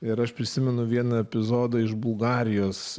ir aš prisimenu vieną epizodą iš bulgarijos